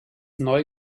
neu